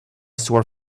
sore